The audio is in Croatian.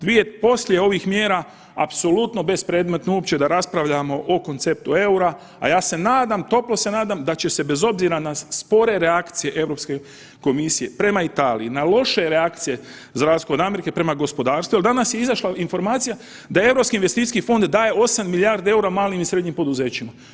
Dvije, poslije ovih mjera apsolutno bespredmetno uopće da raspravljamo o konceptu EUR-a, a ja se nadam, toplo se nadam da će se bez obzira na spore reakcije Europske komisije prema Italije, na loše reakcije za razliku od Amerike prema gospodarstvu, jel danas je izašla informacija da Europski investicijski fond daje 8 milijardi EUR-a malim i srednjim poduzećima.